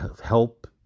help